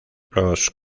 los